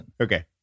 Okay